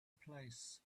place